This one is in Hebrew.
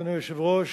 אדוני היושב-ראש,